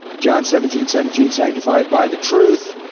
ah john seventeen seventeen, sanctified by the truth.